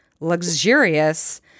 Luxurious